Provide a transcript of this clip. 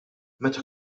meta